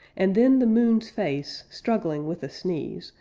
and then the moon's face, struggling with a sneeze,